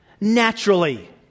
naturally